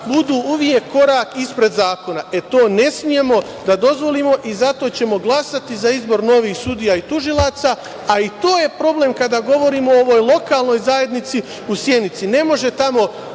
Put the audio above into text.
budu uvek korak ispred zakona. E, to ne smemo da dozvolimo i zato ćemo glasati za izbor novih sudija i tužilaca, a i to je problem kada govorimo o ovoj lokalnoj zajednici u Sjenici. Ne može tamo